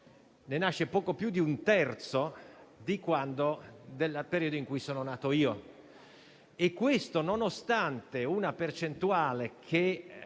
Ne nasce poco più di un terzo del periodo in cui sono nato io, e questo nonostante il fatto che